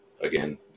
again